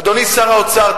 אדוני שר האוצר,